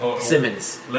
Simmons